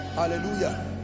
hallelujah